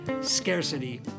scarcity